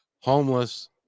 homeless